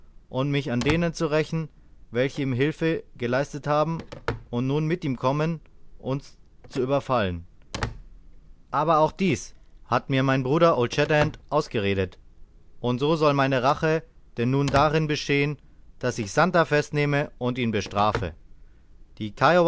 und mich an denen zu rächen welche ihm hilfe geleistet haben und nun mit ihm kommen uns zu überfallen aber auch dies hat mir mein bruder old shatterhand ausgeredet und so soll meine rache denn nun nur darin bestehen daß ich santer festnehme und ihn bestrafe die